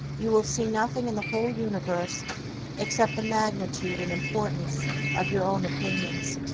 you will see nothing in the whole universe except the magnitude and importance of your own opinions.